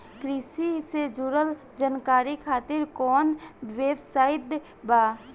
कृषि से जुड़ल जानकारी खातिर कोवन वेबसाइट बा?